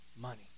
money